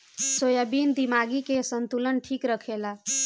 soybean दिमागी के संतुलन ठीक रखेला